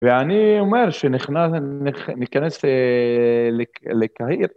ואני אומר שנכנס לקהיר.